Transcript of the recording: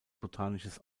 botanisches